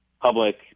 public